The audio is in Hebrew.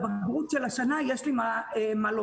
-- -הבגרות של השנה יש לי מה לומר.